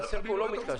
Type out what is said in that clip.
אבל עכשיו הוא לא מתקשר.